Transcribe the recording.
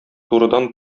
турыдан